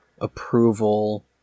approval